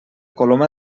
coloma